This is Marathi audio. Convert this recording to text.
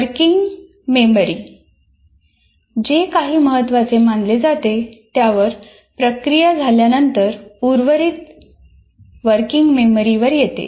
वर्किंग मेमरी जे काही महत्त्वाचे मानले जाते त्यावर प्रक्रिया झाल्यानंतर उर्वरित वर्किंग मेमरीवर येते